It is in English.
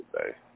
today